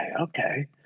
okay